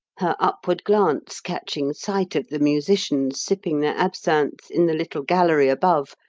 her upward glance catching sight of the musicians sipping their absinthe in the little gallery above,